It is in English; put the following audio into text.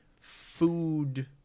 food